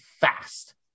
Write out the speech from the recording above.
fast